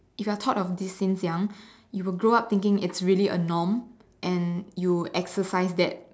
if your taught of this since young you will grow up thinking it's really a norm and you would exercise that